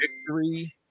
victory